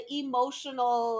emotional